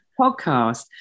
podcast